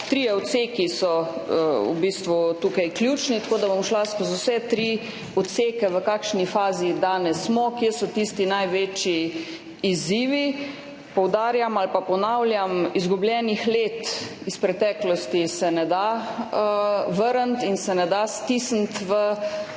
Trije odseki so v bistvu tukaj ključni, tako da bom šla skozi vse tri odseke, v kakšni fazi danes smo, kje so tisti največji izzivi. Poudarjam ali ponavljam, izgubljenih let iz preteklosti se ne da vrniti in se ne da stisniti v to